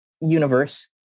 universe